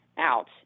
out